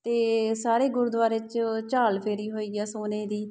ਅਤੇ ਸਾਰੇ ਗੁਰਦੁਆਰੇ 'ਚ ਝਾਲ਼ ਫੇਰੀ ਹੋਈ ਆ ਸੋਨੇ ਦੀ